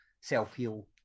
self-heal